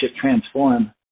transform